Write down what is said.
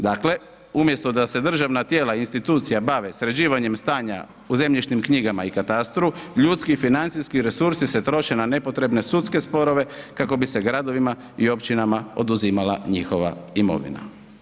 Dakle, umjesto da se državna tijela i institucija bave sređivanjem stanja u zemljišnim knjigama i katastru, ljudski i financijski resursi se troše na nepotrebne sudske sporove kako bi se gradovima i općinama oduzimala njihova imovina.